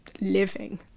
living